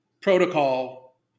protocol